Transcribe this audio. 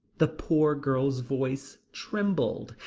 the poor girl's voice trembled.